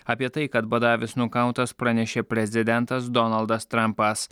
apie tai kad badavis nukautas pranešė prezidentas donaldas trampas